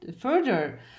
further